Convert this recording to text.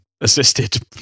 assisted